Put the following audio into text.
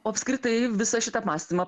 o apskritai visą šitą apmąstymą